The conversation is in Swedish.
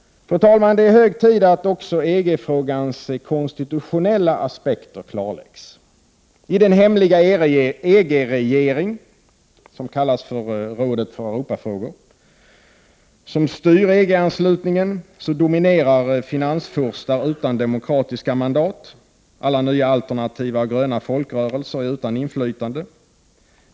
Fru talman! Det är hög tid att också EG-frågans konstitutionella aspekter klarläggs. I den hemliga EG-regeringen —- som kallas för Rådet för Europa-frågor —- som styr EG-anslutningen dominerar finansfurstar utan demokratiskt mandat. Alla nya alternativa och gröna folkrörelser är utan inflytande.